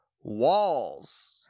Walls